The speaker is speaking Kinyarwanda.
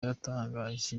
yatangarije